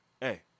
Hey